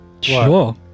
Sure